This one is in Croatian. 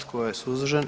Tko je suzdržan?